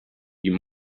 you